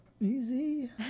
Easy